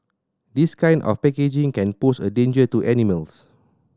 this kind of packaging can pose a danger to animals